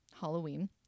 Halloween